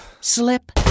slip